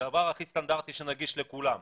דבר הכי סטנדרטי שנגיש לכולם,